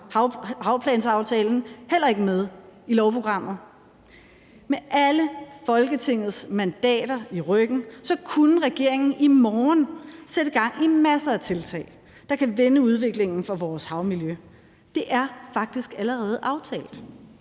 havplansaftalen heller ikke med i lovprogrammet? Med alle Folketingets mandater i ryggen kunne regeringen i morgen sætte gang i masser af tiltag, der kan vende udviklingen for vores havmiljø. Det er faktisk allerede aftalt,